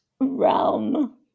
realm